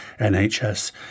NHS